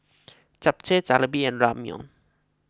Japchae Jalebi and Ramyeon